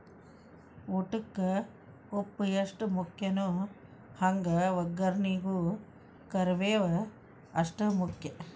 ಊಟಕ್ಕ ಉಪ್ಪು ಎಷ್ಟ ಮುಖ್ಯಾನೋ ಹಂಗ ವಗ್ಗರ್ನಿಗೂ ಕರ್ಮೇವ್ ಅಷ್ಟ ಮುಖ್ಯ